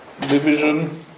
division